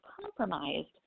compromised